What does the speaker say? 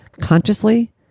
consciously